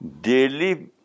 daily